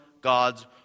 God's